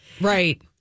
Right